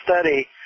study